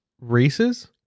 races